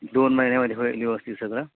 दोन महिन्यामध्ये होईल व्यवस्थित सगळं